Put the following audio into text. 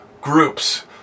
groups